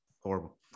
Horrible